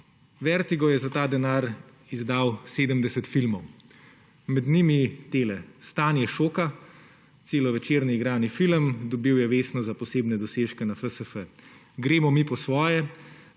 celovečerci, za ta denar izdala 70 filmov. Med njimi: Stanje šoka, celovečerni igrani film, dobil je Vesno za posebne dosežke na FSF; Gremo mi po svoje,